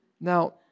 Now